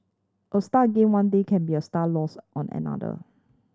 a star gained one day can be a star lost on another